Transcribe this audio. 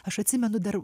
aš atsimenu dar